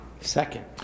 Second